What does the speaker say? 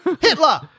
Hitler